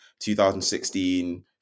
2016